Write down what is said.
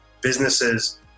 businesses